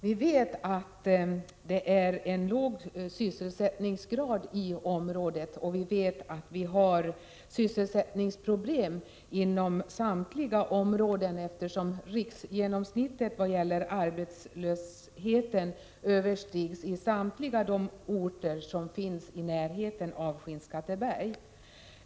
Vi vet att sysselsättningsgraden är låg i området och att vi har sysselsättningsproblem inom samtliga områden eftersom riksgenomsnittet vad gäller arbetslösheten överskrids i samtliga orter i närheten av Skinnskatteberg.